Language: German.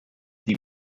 die